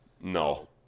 No